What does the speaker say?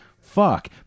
fuck